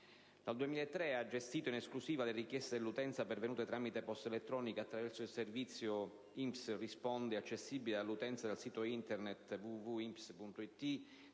Dal 2003 ha gestito in esclusiva le richieste dell'utenza pervenute tramite posta elettronica attraverso il servizio «INPS risponde», accessibile dall'utenza dal sito Internet www.inps.it,